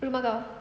rumah kau